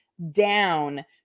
down